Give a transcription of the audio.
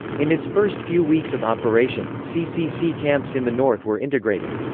in its first few weeks of operation, ccc camps in the north were integrated.